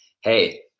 Hey